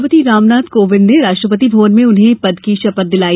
राष्ट्रपति रामनाथ कोविंद ने राष्ट्रपति भवन में उन्हें पद की शपथ दिलाई